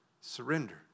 surrender